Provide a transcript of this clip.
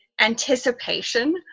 anticipation